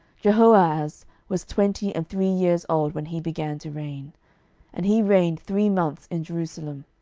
jehoahaz was twenty and three years old when he began to reign and he reigned three months in jerusalem.